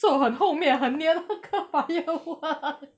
做很后面很 near 那个 firework